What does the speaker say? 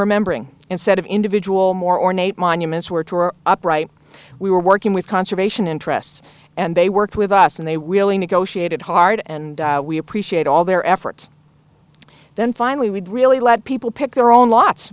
remembering instead of individual more ornate monuments were upright we were working with conservation interests and they worked with us and they really negotiated hard and we appreciate all their efforts then finally we'd really let people pick their own l